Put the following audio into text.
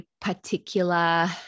particular